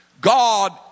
God